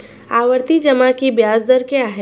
आवर्ती जमा की ब्याज दर क्या है?